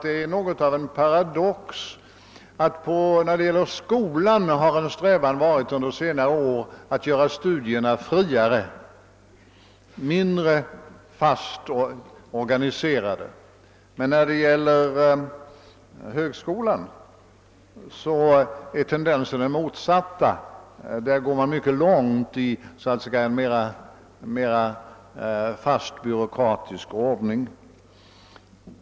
Det är något av en paradox att vår strävan under senare år har varit att göra studierna friare i gymnasiet, dvs. mindre fast organiserade, medan beträffande högskolan tendensen är den rakt motsatta. Där går man mycket långt när det gäller den fasta, byråkratiska ordningen.